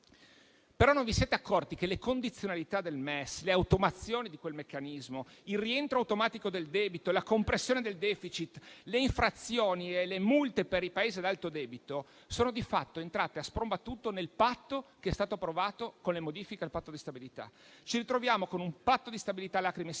MES. Non vi siete accorti, tuttavia, che le condizionalità del MES, le automazioni di quel meccanismo, il rientro automatico del debito e la compressione del *deficit*, le infrazioni e le multe per i Paesi ad alto debito sono di fatto entrate a spron battuto nel Patto che è stato approvato con le modifiche al Patto di stabilità. Ci ritroviamo con un Patto di stabilità lacrime e